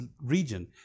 region